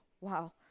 Wow